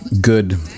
good